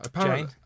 Jane